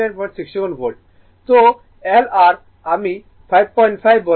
তো Ir আমি 55 বলেছিলাম